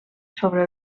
sobre